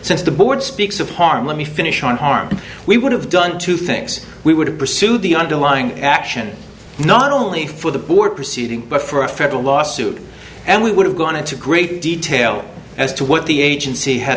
since the board speaks of heart let me finish on harm we would have done two things we would have pursued the underlying action not only for the board proceeding but for a federal lawsuit and we would have gone into great detail as to what the agency had